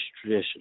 tradition